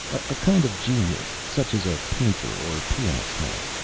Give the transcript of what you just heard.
a kind of genius, such as a painter or a pianist has.